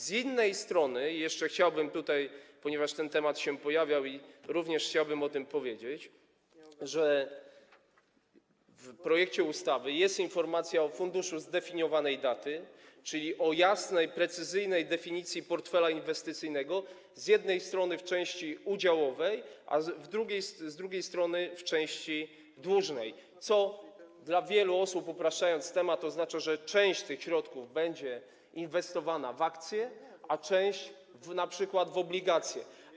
Z innej strony chciałbym, ponieważ ten temat się pojawiał, również o tym powiedzieć, że w projekcie ustawy jest informacja o funduszu zdefiniowanej daty, czyli o jasnej, precyzyjnej definicji portfela inwestycyjnego, z jednej strony w części udziałowej, a z drugiej strony w części dłużnej, co dla wielu osób, upraszczając temat, oznacza, że część tych środków będzie inwestowana w akcje, a część np. w obligacje.